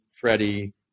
Freddie